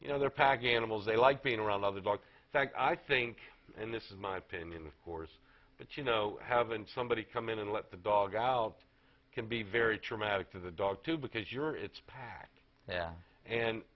you know they're pack animals they like being around other dogs fact i think and this is my opinion of course but you know having somebody come in and let the dog out can be very traumatic to the dog too because you're its pack yeah and